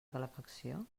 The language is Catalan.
calefacció